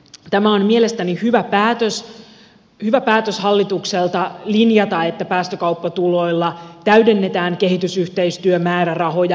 tämä on mielestäni hyvä päätös hallitukselta linjata että päästökauppatuloilla täydennetään kehitysyhteistyömäärärahoja